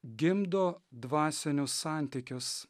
gimdo dvasinius santykius